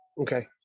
Okay